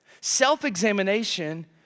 Self-examination